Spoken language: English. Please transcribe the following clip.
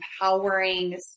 empowering